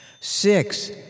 six